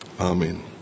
Amen